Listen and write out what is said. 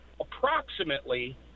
approximately